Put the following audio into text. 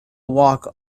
walk